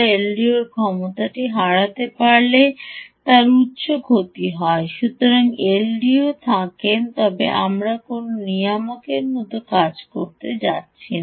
এলডিওর ক্ষমতাটি হারাতে পারলে তার উচ্চ ক্ষতি হয় আপনি এলডিওতে থাকেন আর কোনও নিয়ামকের মতো কাজ করতে যাচ্ছেন না